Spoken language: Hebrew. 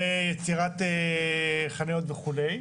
ליצירת חניות וכו'.